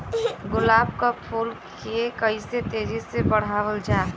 गुलाब क फूल के कइसे तेजी से बढ़ावल जा?